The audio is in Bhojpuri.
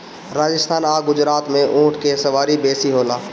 राजस्थान आ गुजरात में ऊँट के सवारी बेसी होला